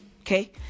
okay